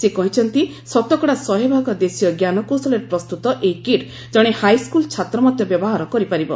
ସେ କହିଛନ୍ତି ଶତକଡ଼ା ଶହେ ଭାଗ ଦେଶୀୟ ଞ୍ଜାନକୌଶଳରେ ପ୍ରସ୍ତୁତ ଏହି କିଟ୍ ଜଣେ ହାଇସ୍କୁଲ୍ ଛାତ୍ର ମଧ୍ୟ ବ୍ୟବହାର କରିପାରିବ